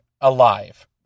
alive